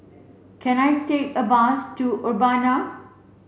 can I take a bus to Urbana